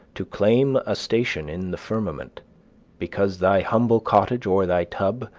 to claim a station in the firmament because thy humble cottage, or thy tub,